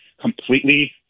completely